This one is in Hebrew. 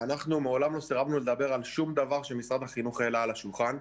אנחנו מעולם לא סירבנו לדבר על שום דבר שמשרד החינוך העלה על השולחן.